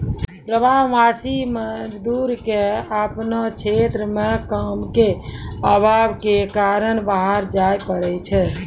प्रवासी मजदूर क आपनो क्षेत्र म काम के आभाव कॅ कारन बाहर जाय पड़ै छै